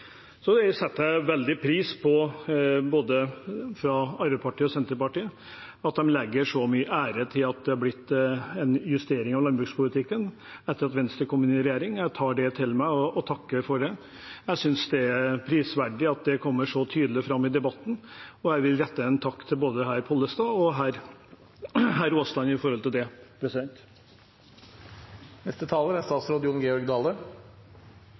så mye ære i at det er blitt en justering av landbrukspolitikken etter at Venstre kom inn i regjering. Jeg tar det til meg og takker for det. Jeg synes det er prisverdig at det kommer så tydelig fram i debatten, og jeg vil rette en takk til både herr Pollestad og herr Aasland for det. Eg vil avslutningsvis takke for ein god debatt om jordbruksoppgjeret, som no er i hamn, det